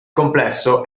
complesso